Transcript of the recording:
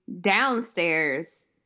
downstairs